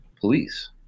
police